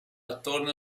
attorno